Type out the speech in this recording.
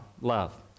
love